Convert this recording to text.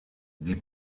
die